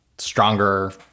stronger